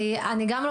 כן, אני גם לא.